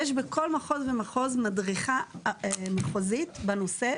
יש בכל מחוז ומחוז מדריכה מחוזית בנושא,